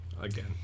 again